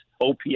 OPS